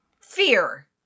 fear